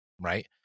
right